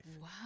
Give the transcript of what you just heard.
Wow